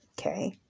Okay